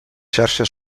xarxes